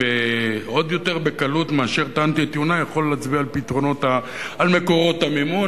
עוד יותר בקלות מאשר טענתי את טיעוני יכול להצביע על מקורות המימון,